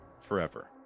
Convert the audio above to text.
forever